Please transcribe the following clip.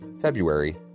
February